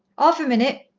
alf a minute.